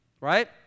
right